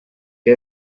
que